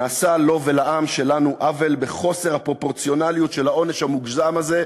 נעשה לו ולעם שלנו עוול בחוסר הפרופורציונליות של העונש המוגזם הזה.